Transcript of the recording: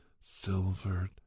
silvered